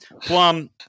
Plum